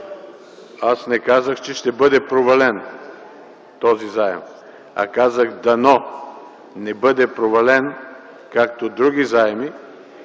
аз не казах, че ще бъде провален този заем, а казах: дано не бъде провален, както други заеми,